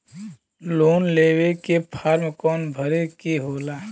Loan लेवे के form कौन भरे के होला?